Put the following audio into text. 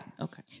okay